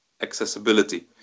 accessibility